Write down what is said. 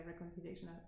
reconciliation